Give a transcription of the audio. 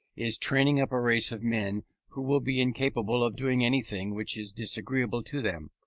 is training up a race of men who will be incapable of doing anything which is disagreeable to them.